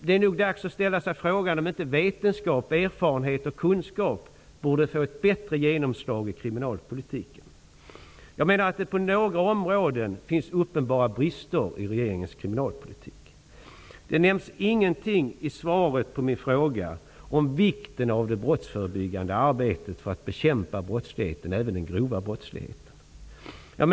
Det är nog dags att ställa sig frågan om inte vetenskap, erfarenhet och kunskap borde få ett bättre genomslag i kriminalpolitiken. Jag menar att det på några områden finns uppenbara brister i regeringens kriminalpolitik. I svaret på min fråga nämns ingenting om vikten av det brottsförebyggande arbetet för att bekämpa brottsligheten, även den grova brottsligheten.